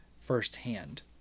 firsthand